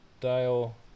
dial